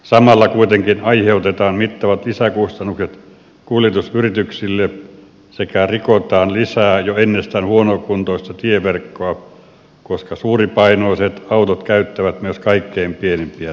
samalla kuitenkin aiheutetaan mittavat lisäkustannukset kuljetusyrityksille sekä rikotaan lisää jo ennestään huonokuntoista tieverkkoa koska suuripainoiset autot käyttävät myös kaikkein pienimpiä teitä